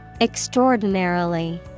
Extraordinarily